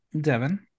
Devin